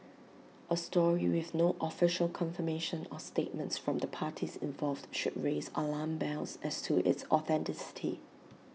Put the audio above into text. A story with no official confirmation or statements from the parties involved should raise alarm bells as to its authenticity